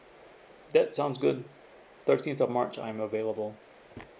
that sounds good thirteen of march I'm available